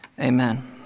amen